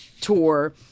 Tour